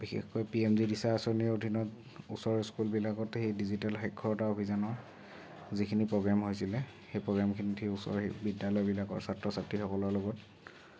বিশেষকৈ P M দি দিশা আঁচনিৰ অধীনত ওচৰৰ স্কুলবিলাকত সি ডিজিটেল সাক্ষৰতাৰ অভিযানৰ যিখিনি প্ৰগ্ৰেম হৈছিলে সেই প্ৰগ্ৰেমখিনিত সি ওচৰৰ বিদ্যালয়বিলাকৰ ছাত্ৰ ছাত্ৰীসকলৰ লগত